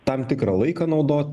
tam tikrą laiką naudot